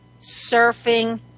Surfing